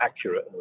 accurate